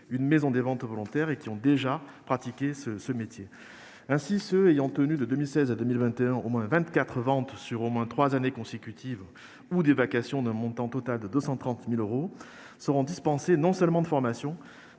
une maison des ventes volontaires et ont déjà exercé ce métier. Ainsi, ceux qui, de 2016 à 2021, ont tenu au moins vingt-quatre ventes sur au moins trois années consécutives ou effectué des vacations d'un montant total de 230 000 euros seront dispensés non seulement de formation,